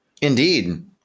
Indeed